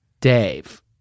dave